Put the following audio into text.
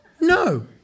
no